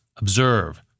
observe